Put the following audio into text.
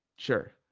sure.